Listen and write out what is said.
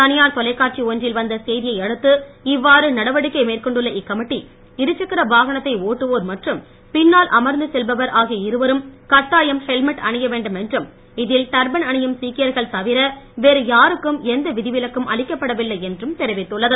தனியார் தொலைக்காட்சி ஒன்றில் வந்த செய்தியை அடுத்து இவ்வாறு நடவடிக்கை மேற்கொண்டுள்ள இக்கமிட்டி இருசக்கர வாகனத்தை ஓட்டுவோர் மற்றும் பின்னால் அமர்ந்து செல்பவர் ஆகிய இருவரும் கட்டாயம் ஹெல்மட் அணிய வேண்டுமென்றும் இதில் டர்பன் அணியும் சீக்கியர்கள் தவிர வேறு யாருக்கும் எந்த விதிவிலக்கும் அளிக்கப்படவில்லை என்றும் தெரிவித்துள்ளது